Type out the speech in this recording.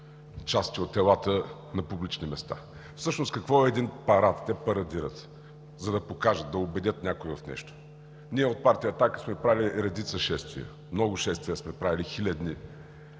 части от телата на публични места. Всъщност какво е един парад? Те парадират, за да покажат, да убедят някого в нещо. Ние от партия „Атака“ сме правили редица шествия. Много шествия сме правили – хилядни,